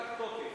פג תוקף.